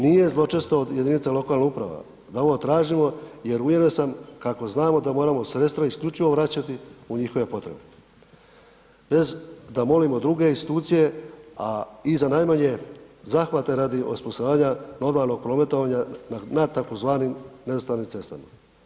Nije zločesto od jedinica lokalnih uprava da ovo tražimo jer uvjeren sam kako znamo da moramo sredstva isključivo vraćati u njihove potrebe bez da molimo druge institucije a i za najmanje zahvate radi osposobljavanja normalnog prometovanja na tzv. nerazvrstanim cestama.